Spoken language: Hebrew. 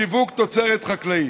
בשיווק תוצרת חקלאית,